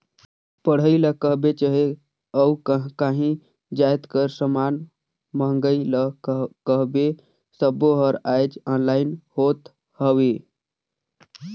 पढ़ई ल कहबे चहे अउ काहीं जाएत कर समान मंगई ल कहबे सब्बों हर आएज ऑनलाईन होत हवें